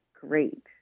great